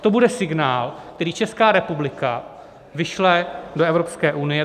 To bude signál, který Česká republika vyšle do Evropské unie.